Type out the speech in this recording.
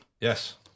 Yes